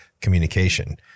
communication